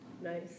Nice